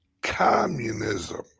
communism